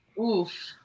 Oof